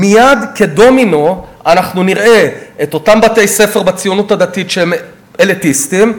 מייד כדומינו אנחנו נראה את אותם בתי-ספר בציונות הדתית שהם אליטיסטיים,